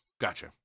gotcha